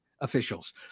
officials